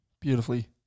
Beautifully